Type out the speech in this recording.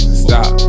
stop